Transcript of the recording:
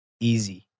easy